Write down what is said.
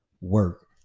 work